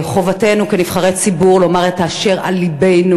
חובתנו כנבחרי ציבור לומר את אשר על לבנו.